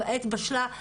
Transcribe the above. העת בשלה.